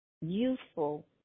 youthful